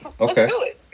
okay